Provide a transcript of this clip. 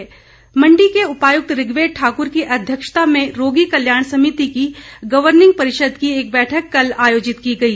उपायुक्त मंडी के उपायुक्त ऋग्वेद ठाक्र की अध्यक्षता में कल रोगी कल्याण समिति की गवर्निंग परिषद की एक बैठक आयोजित की गई